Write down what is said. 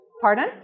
Pardon